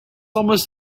almost